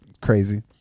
crazy